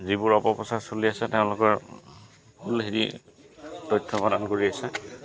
যিবোৰ অপপ্ৰচাৰ চলি আছে তেওঁলোকৰ হেৰি তথ্য প্ৰদান কৰি আহিছে